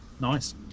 Nice